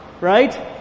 right